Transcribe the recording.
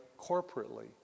corporately